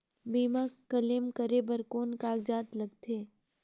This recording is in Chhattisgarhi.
बीमा क्लेम करे बर कौन कागजात लगथे?